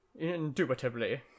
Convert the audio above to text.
Indubitably